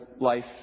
life